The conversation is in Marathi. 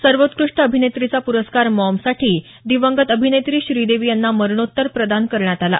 सर्वोत्कृष्ट अभिनेत्रीचा प्रस्कार मॉम साठी दिवंगत अभिनेत्री श्रीदेवी यांना मरणोत्तर प्रदान करण्यात आला